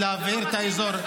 אתה יודע שזה לא נכון.